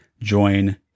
join